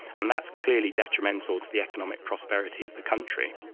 and that's clearly detrimental to the economic prosperity of the country.